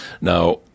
Now